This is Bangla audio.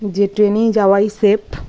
যে ট্রেনে যাওয়াই সেফ